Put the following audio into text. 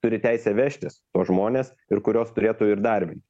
turi teisę vežtis tuos žmones ir kurios turėtų ir darbint